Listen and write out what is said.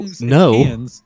no